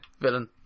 Villain